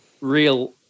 real